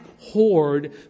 horde